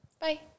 bye